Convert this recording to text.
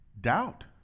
Doubt